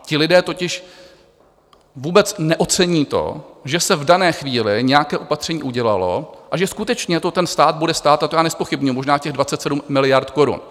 Ti lidé totiž vůbec neocení to, že se v dané chvíli nějaké opatření udělalo a že skutečně to ten stát bude stát, a to já nezpochybňuji, možná těch 27 miliard korun.